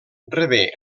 rebé